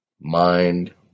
Mind